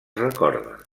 recorda